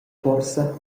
forsa